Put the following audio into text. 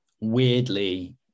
weirdly